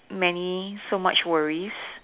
many so much worries